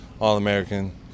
All-American